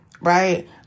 Right